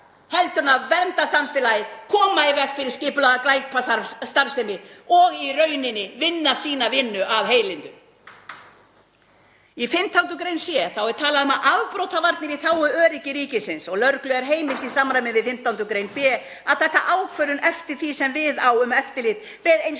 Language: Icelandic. frekar en að vernda samfélagið, koma í veg fyrir skipulagða glæpastarfsemi og í rauninni vinna sína vinnu af heilindum. Í 15. gr. c er talað um afbrotavarnir í þágu öryggi ríkisins: „Lögreglu er heimilt í samræmi við 15. gr. b að taka ákvörðun, eftir því sem við á, um eftirlit